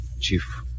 Chief